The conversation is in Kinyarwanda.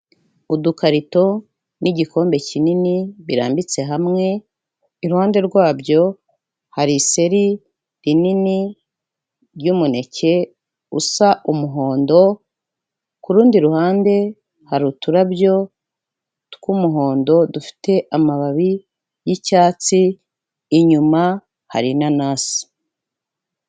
Udukarito n'igikombe kinini birambitse hamwe, iruhande rwabyo hari iseri rinini ry'umuneke usa umuhondo, ku rundi ruhande hari uturabyo tw'umuhondo dufite amababi y'icyatsi, inyuma hari inanasi.